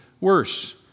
worse